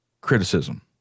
criticism